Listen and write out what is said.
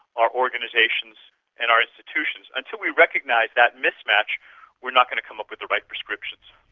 our organisations and our institutions, until we recognise that mismatch we are not going to come up with the right prescriptions.